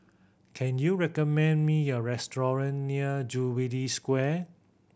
can you recommend me a restaurant near Jubilee Square